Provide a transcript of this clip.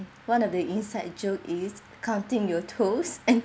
one of the inside joke is counting your toes and